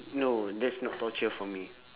no that's not torture for me